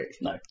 No